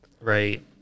Right